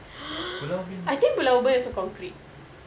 is it like the model and I think